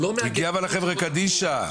הוא הגיע לחברה קדישא.